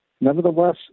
Nevertheless